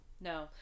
No